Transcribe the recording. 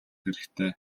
хэрэгтэй